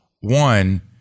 one